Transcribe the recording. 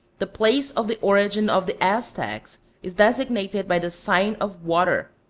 the place of the origin of the aztecs is designated by the sign of water,